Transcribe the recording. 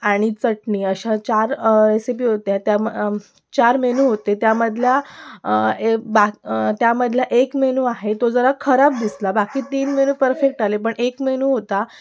आणि चटणी अशा चार रेसेपी होत्या त्या चार मेनू होते त्यामधल्या एक बाक त्यामधला एक मेनू आहे तो जरा खराब दिसला बाकी तीन मेनू परफेक्ट आले पण एक मेनू होता